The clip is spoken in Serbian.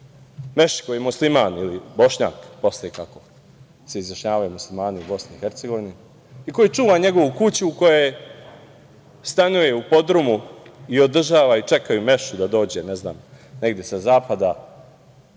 Meša, koji je Musliman ili bošnjak, kako se izjašnjavaju Muslimani u BiH i čuvao je njegovu kuću u kojoj stanuje u podrumu i održava i čekaju Mešu da dođe negde sa zapada